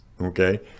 okay